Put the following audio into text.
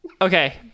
Okay